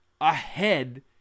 ahead